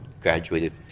graduated